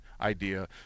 idea